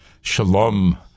Shalom